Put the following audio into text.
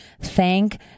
Thank